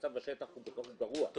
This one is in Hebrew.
המצב בשטח הוא גרוע.